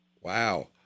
Wow